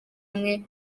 amwe